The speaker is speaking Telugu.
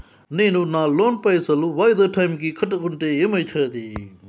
నేను నా లోన్ పైసల్ వాయిదా టైం కి కట్టకుంటే ఏమైతది?